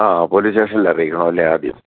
ആ പോലീസ് സ്റ്റേഷൻല് അറിയിക്കണം അല്ലേ ആദ്യം